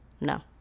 No